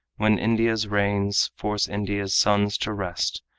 when india's rains force india's sons to rest.